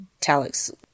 Talix